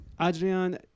Adrian